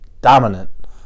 Dominant